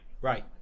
Right